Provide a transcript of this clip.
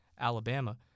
Alabama